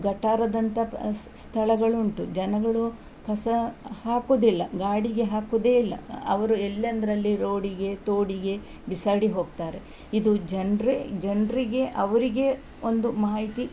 ಗಟಾರದಂತ ಸ್ಥಳಗಳು ಉಂಟು ಜನಗಳು ಕಸ ಹಾಕೋದಿಲ್ಲ ಗಾಡಿಗೆ ಹಾಕೋದೆ ಇಲ್ಲ ಅವರು ಎಲ್ಲೆಂದರಲ್ಲಿ ರೋಡಿಗೆ ತೋಡಿಗೆ ಬಿಸಾಡಿ ಹೋಗ್ತಾರೆ ಇದು ಜನರೆ ಜನರಿಗೆ ಅವರಿಗೆ ಒಂದು ಮಾಹಿತಿ